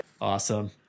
Awesome